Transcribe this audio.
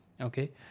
Okay